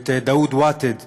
את דאוד ותד מחיפה,